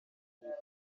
inyungu